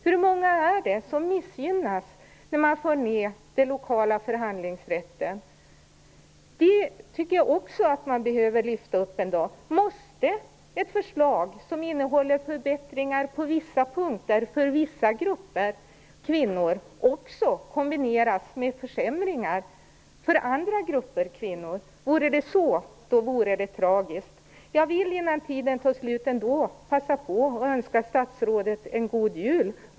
Hur många är det som missgynnas när man för ned den lokala förhandlingsrätten? De frågorna behöver man också lyfta upp. Måste ett förslag som innehåller förbättringar på vissa punkter för vissa grupper av kvinnor kombineras med försämringar för andra grupper av kvinnor? Om det är så vore det tragiskt. Jag vill ändå passa på att önska statsrådet en god jul.